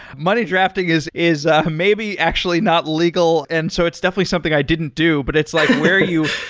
money drafting is is ah maybe actually not legal. and so it's definitely something i didn't do. but it's like where you,